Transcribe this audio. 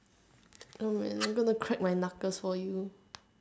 I'm gonna crack my knuckles for you